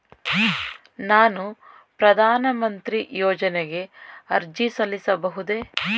ನಾನು ಪ್ರಧಾನ ಮಂತ್ರಿ ಯೋಜನೆಗೆ ಅರ್ಜಿ ಸಲ್ಲಿಸಬಹುದೇ?